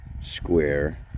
square